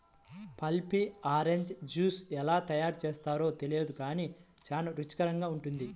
pulpy orange juice ఎలా తయారు చేస్తారో తెలియదు గానీ చాలా రుచికరంగా ఉంటుంది